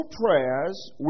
prayers